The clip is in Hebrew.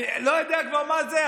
לא יודע כבר מה זה.